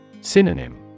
Synonym